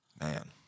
man